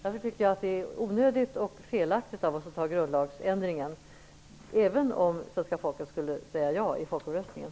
Jag tycker att det är onödigt och felaktigt att besluta om en grundlagsändring, även om svenska folket skulle säga ja i folkomröstningen.